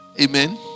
Amen